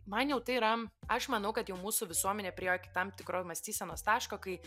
man jau tai yra aš manau kad jau mūsų visuomenė priėjo iki tam tikro mąstysenos taško kai